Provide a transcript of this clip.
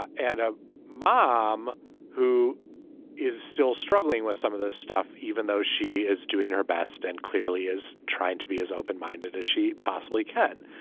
ah and a mom who is still struggling with some of this stuff even though she is doing her best and clearly is trying to be as open minded as she possibly can.